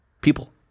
people